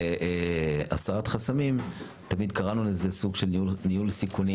הסרת חסמים תמיד קראנו לזה סוג של ניהול סיכונים.